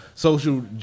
social